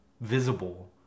visible